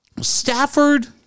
Stafford